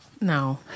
No